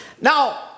Now